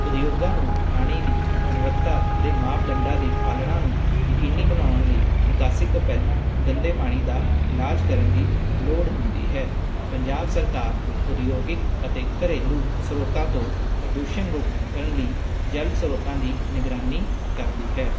ਉਦਯੋਗਾਂ ਨੂੰ ਪਾਣੀ ਦੀ ਗੁਣਵੱਤਾ ਦੇ ਮਾਪਦੰਡਾਂ ਦੀ ਪਾਲਣਾ ਨੂੰ ਯਕੀਨੀ ਬਣਾਉਣ ਲਈ ਨਿਕਾਸੀ ਤੋਂ ਪਹਿਲਾਂ ਗੰਦੇ ਪਾਣੀ ਦਾ ਇਲਾਜ ਕਰਨ ਦੀ ਲੋੜ ਹੁੰਦੀ ਹੈ ਪੰਜਾਬ ਸਰਕਾਰ ਉਦਯੋਗਿਕ ਅਤੇ ਕਰੇਲੂ ਸਰੋਤਾਂ ਤੋਂ ਪ੍ਰਦੂਸ਼ਣ ਰੋਕਣ ਲਈ ਜਲ ਸਰੋਤਾਂ ਦੀ ਨਿਗਰਾਨੀ ਕਰਦੀ ਹੈ